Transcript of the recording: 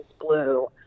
blue